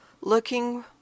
looking